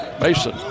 Mason